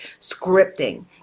scripting